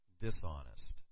dishonest